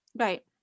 Right